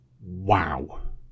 wow